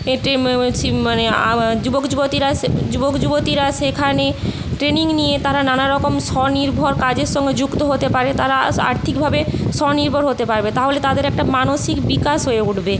একটি শি মানে আ যুবক যুবতীরা সে যুবক যুবতীরা সেখানে ট্রেনিং নিয়ে তারা নানা রকম স্বনির্ভর কাজের সঙ্গে যুক্ত হতে পারে তারা স্ আর্থিকভাবে স্বনির্ভর হতে পারবে তাহলে তাদের একটা মানসিক বিকাশ হয়ে উঠবে